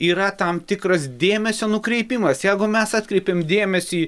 yra tam tikras dėmesio nukreipimas jeigu mes atkreipiam dėmesį